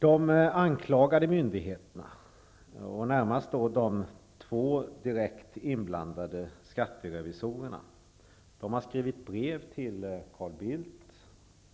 De anklagade myndigheterna, och närmast de två inblandade skatterevisorerna, har skrivit brev till Carl Bildt